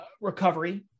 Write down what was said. recovery